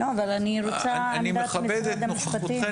לא נשאיר את זה